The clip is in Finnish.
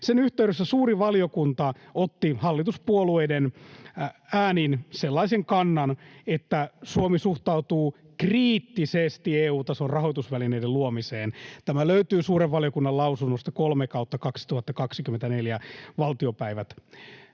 Sen yhteydessä suuri valiokunta otti hallituspuolueiden äänin sellaisen kannan, että Suomi suhtautuu kriittisesti EU-tason rahoitusvälineiden luomiseen. Tämä löytyy suuren valiokunnan lausunnosta 3/2024 vp.